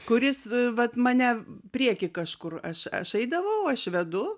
kuris vat mane priekį kažkur aš aš eidavau aš vedu